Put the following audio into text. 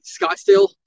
Scottsdale